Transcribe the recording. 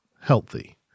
healthy